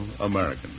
American